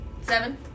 Seven